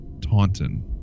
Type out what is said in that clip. Taunton